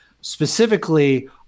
specifically